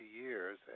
years